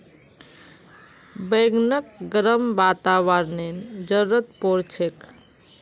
बैगनक गर्म वातावरनेर जरुरत पोर छेक